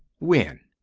when?